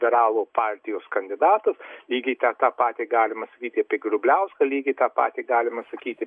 liberalų partijos kandidatas lygiai tą tą patį galima sakyti apie grubliauską lygiai tą patį galima sakyti